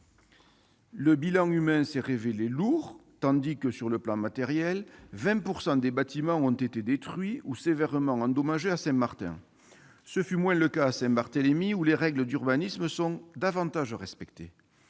Le bilan humain s'est révélé lourd, tandis que, sur le plan matériel, 20 % des bâtiments, à Saint-Martin, ont été détruits ou sévèrement endommagés. Ce fut moins le cas à Saint-Barthélemy, où les règles d'urbanisme sont davantage respectées.